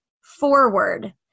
forward